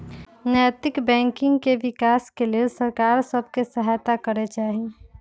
नैतिक बैंकिंग के विकास के लेल सरकार सभ के सहायत करे चाही